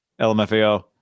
LMFAO